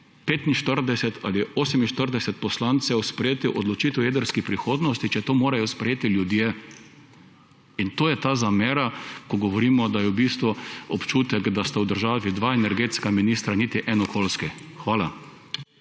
45 ali 48 poslancev sprejeti odločitve o jedrski prihodnosti, če to morajo sprejeti ljudje. In to je ta zamera, ko govorimo, da je v bistvu občutek, da sta v državi dva energetska ministra, niti en okoljski. Hvala.